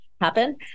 happen